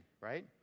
right